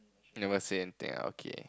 never say anything ah okay